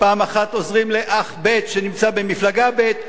פעם אחת עוזרים לאח ב' שנמצא במפלגה ב',